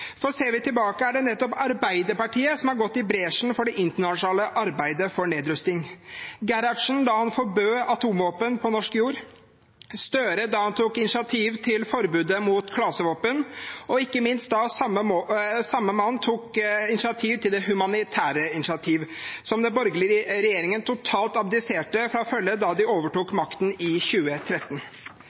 for ser vi tilbake, er det nettopp Arbeiderpartiet som har gått i bresjen for det internasjonale arbeidet for nedrusting. Det skjedde da Gerhardsen forbød atomvåpen på norsk jord, det skjedde da Støre tok initiativ til forbudet mot klasevåpen, og ikke minst da samme mann startet det humanitære initiativ, som den borgerlige regjeringen totalt abdiserte fra å følge da de overtok makten i 2013.